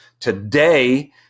Today